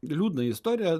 liūdną istoriją